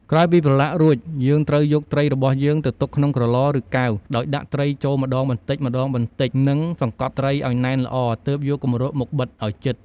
ក្រោយពីប្រឡាក់រួច យើងត្រូវយកត្រីរបស់យើងទៅទុកក្នុងក្រឡ ឬ កែវ ដោយដាក់ត្រីចូលម្ដងបន្តិចៗ និងសង្កត់ត្រីឱ្យណែនល្អ ទើបយកគម្របមកបិទឱ្យជិត។